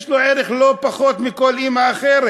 יש לו ערך לא פחות מלבן של כל אימא אחרת.